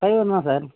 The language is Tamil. அது வேணுமா சார்